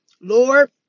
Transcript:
Lord